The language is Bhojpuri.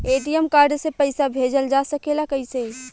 ए.टी.एम कार्ड से पइसा भेजल जा सकेला कइसे?